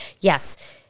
yes